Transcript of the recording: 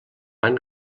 van